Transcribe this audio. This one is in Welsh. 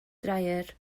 dreier